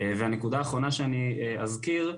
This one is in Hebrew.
והנקודה האחרונה שאני אזכיר,